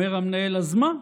אומר המנהל: אז מה,